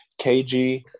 kg